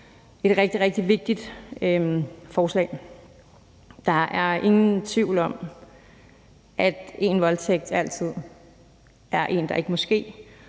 et rigtig, rigtig vigtigt forslag. Der er ingen tvivl om, at en voldtægt altid er en, der ikke må ske,